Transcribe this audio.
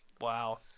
Wow